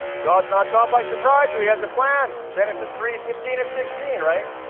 god's not caught by surprise. and he has a plan. genesis three fifteen and sixteen, right?